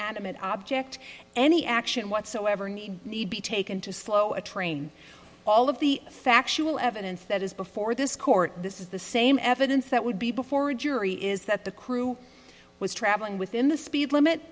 adamant object any action whatsoever need be taken to slow a train all of the factual evidence that is before this court this is the same evidence that would be before a jury is that the crew was travelling within the speed limit